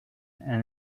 and